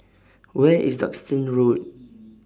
Where IS Duxton Road